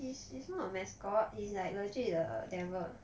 he's he's not a mascot he's like legit the devil